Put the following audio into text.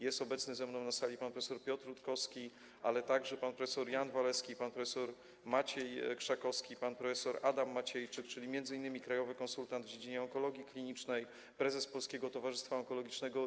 Jest obecny ze mną na sali pan prof. Piotr Rutkowski, ale także pan prof. Jan Walewski, pan prof. Maciej Krzakowski, pan prof. Adam Maciejczyk, czyli m.in. krajowy konsultant w dziedzinie onkologii klinicznej, prezes Polskiego Towarzystwa Onkologicznego.